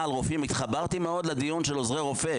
התחברתי מאוד לדיון על עוזרי רופא.